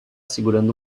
segurando